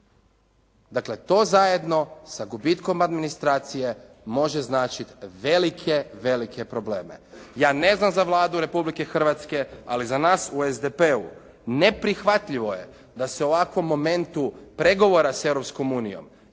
Dakle, to zajedno sa gubitkom administracije može značiti velike, velike probleme. Ja ne znam za Vladu Republike Hrvatske, ali za nas u SDP-u neprihvatljivo je da se u ovakvom momentu pregovora s